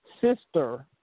sister